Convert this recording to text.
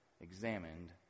examined